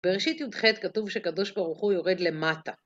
בראשית י"ח, כתוב שקדוש ברוך הוא יורד למטה.